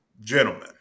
gentlemen